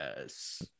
yes